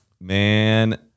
man